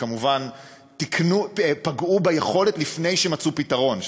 וכמובן פגעו ביכולת לפני שמצאו פתרון,